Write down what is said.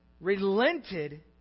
relented